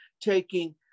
taking